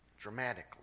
dramatically